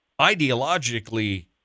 ideologically